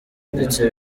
ndetse